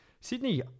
Sydney